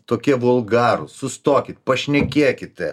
tokie vulgarūs sustokit pašnekėkite